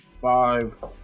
five